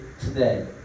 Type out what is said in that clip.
today